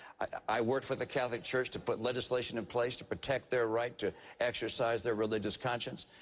i worked with the catholic church to put legislation in place to protect their right to exercise their religious conscience.